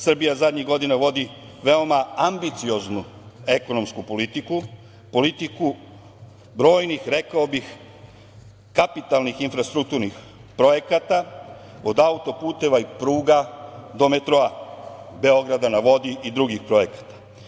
Srbija zadnjih godina vodi veoma ambicioznu ekonomsku politiku, politiku brojnih, rekao bih, kapitalnih infrastrukturnih projekata, od auto-puteva i pruga, do metroa, „Beograda na vodi“ i drugih projekata.